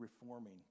reforming